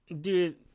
dude